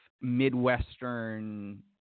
midwestern